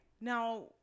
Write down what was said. Now